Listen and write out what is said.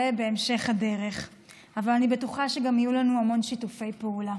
אבל אני בטוחה שגם יהיו לנו המון שיתופי פעולה.